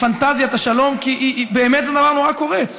כי באמת זה דבר נורא קורץ.